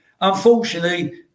Unfortunately